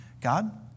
God